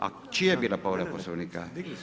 A čija je bila povreda Poslovnika?